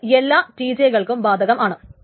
ഇത് എല്ലാ Tj കൾക്കും ബാധകമാണ്